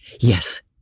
Yes